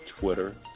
Twitter